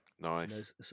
Nice